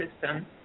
system